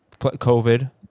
COVID